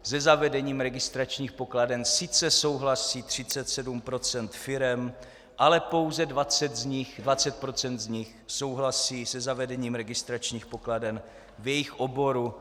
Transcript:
Se zavedením registračních pokladen sice souhlasí 37 % firem, ale pouze 20 % z nich souhlasí se zavedením registračních pokladen v jejich oboru.